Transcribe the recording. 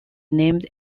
named